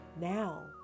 Now